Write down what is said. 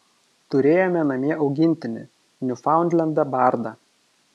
turėjome namie augintinį niufaundlendą bardą